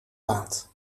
laat